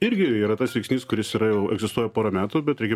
irgi yra tas veiksnys kuris yra jau egzistuoja pora metų bet reikia